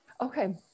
Okay